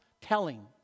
Telling